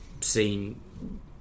seen